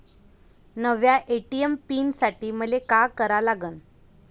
नव्या ATM pin साठी मले का करा लागन?